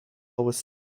was